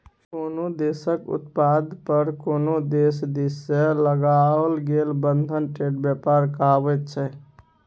कोनो देशक उत्पाद पर कोनो देश दिससँ लगाओल गेल बंधन ट्रेड व्यापार कहाबैत छै